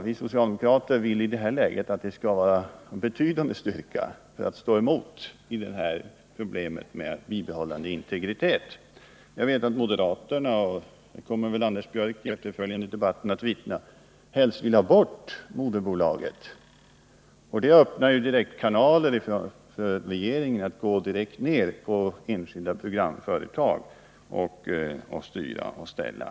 Vi socialdemokrater vill i det här läget att det skall vara av betydande styrka för att kunna stå emot påtryckningar och garantera en bibehållen integritet. Jag vet att moderaterna — och det kommer väl Anders Björck i den efterföljande debatten att vittna om — helst vill ha bort moderbolaget. Det öppnar kanaler för regeringen att gå direkt ner på enskilda programföretag och styra och ställa.